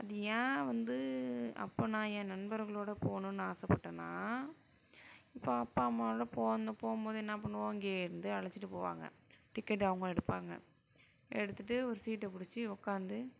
அது ஏன் வந்து அப்போ நான் ஏன் நண்பர்களோடு போணுன்னு ஆசைப்பட்டேனா இப்போ அப்பா அம்மாவோடு போணும் போகும்போது என்ன பண்ணுவோம் இங்கேயிருந்து அழைச்சுட்டு போவாங்க டிக்கெட் அவங்க எடுப்பாங்க எடுத்துவிட்டு ஒரு சீட்டைப் பிடிச்சி உக்கார்ந்து